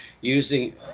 using